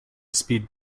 speed